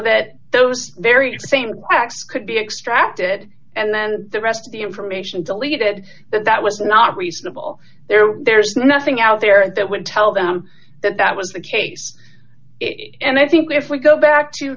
that those very same acts could be extracted and then the rest of the information deleted that that was not reasonable there were there's nothing out there that would tell them that that was the case and i think if we go back to